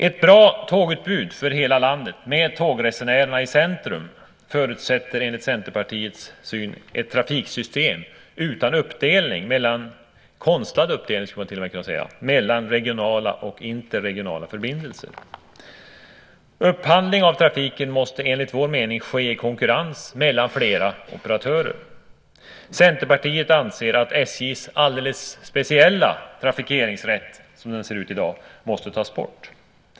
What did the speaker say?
Ett bra tågutbud för hela landet med tågresenärerna i centrum förutsätter enligt Centerpartiets syn ett trafiksystem utan en konstlad uppdelning mellan regionala och interregionala förbindelser. Upphandling av trafiken måste enligt vår mening ske i konkurrens mellan flera operatörer. Centerpartiet anser att SJ:s alldeles speciella trafikeringsrätt, som den ser ut i dag, måste tas bort.